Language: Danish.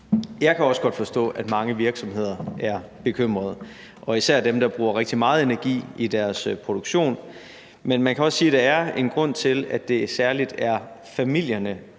Jeg kan også godt forstå, at mange virksomheder er bekymrede og især dem, der bruger rigtig meget energi i deres produktion. Men man kan også sige, at der er en grund til, at det særlig er familierne,